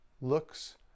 looks